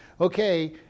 okay